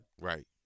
Right